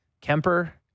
Kemper